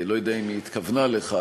לא יודע אם היא התכוונה לכך,